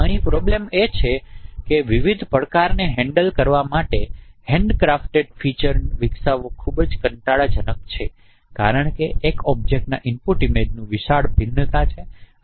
અહીં પ્રોબ્લેમ એ છે કે વિવિધ પડકારને હેન્ડલ કરવા માટે હેન્ડક્રાફ્ટની ફીચર વિકસાવવી ખૂબ જ કંટાળાજનક છે કારણ કે એક જ ઑબ્જેક્ટની ઇનપુટ ઇમેજનું વિશાળ ભિન્નતા છે